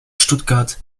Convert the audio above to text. stuttgart